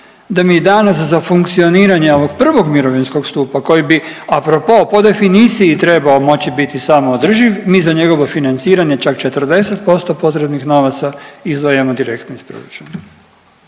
da mi danas za funkcioniranje ovog prvog mirovinskog stupa koji bi apropo po definiciji trebao moći biti samoodrživ, mi za njegovo financiranje čak 40% potrebnih novaca izdvajamo direktno iz proračuna.